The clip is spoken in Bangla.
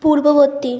পূর্ববর্তী